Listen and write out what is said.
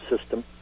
system